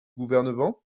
gouvernement